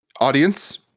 audience